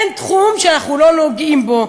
אין תחום שאנחנו לא נוגעים בו,